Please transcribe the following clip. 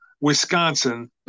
Wisconsin